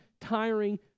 tiring